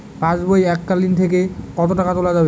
পাশবই এককালীন থেকে কত টাকা তোলা যাবে?